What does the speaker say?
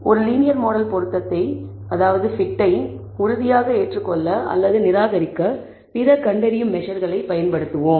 ஒரு linear model பொருத்தத்தை உறுதியாக ஏற்றுக்கொள்ள அல்லது நிராகரிக்க பிற கண்டறியும் மெஸர்களைப் பயன்படுத்துவோம்